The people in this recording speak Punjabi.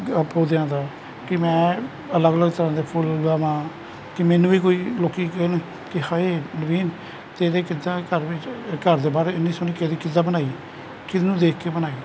ਪੌਦਿਆਂ ਦਾ ਕਿ ਮੈਂ ਅਲੱਗ ਅਲੱਗ ਤਰ੍ਹਾਂ ਦੇ ਫੁੱਲ ਲਗਾਵਾਂ ਕਿ ਮੈਨੂੰ ਵੀ ਕੋਈ ਲੋਕ ਕਹਿਣ ਕਿ ਹਏ ਨਵੀਨ ਤੇਰੇ ਕਿੱਦਾਂ ਘਰ ਵਿੱਚ ਘਰ ਦੇ ਬਾਹਰ ਇੰਨੀ ਸੋਹਣੀ ਕਿਆਰੀ ਕਿੱਦਾਂ ਬਣਾਈ ਹੈ ਕੀਹਨੂੰ ਦੇਖ ਕੇ ਬਣਾਈ